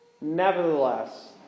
Nevertheless